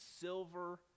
silver